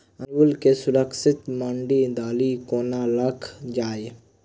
अंगूर केँ सुरक्षित मंडी धरि कोना लकऽ जाय?